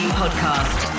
podcast